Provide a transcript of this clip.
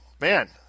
Man